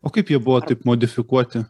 o kaip jie buvo taip modifikuoti